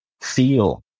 feel